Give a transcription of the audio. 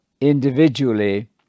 individually